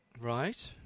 Right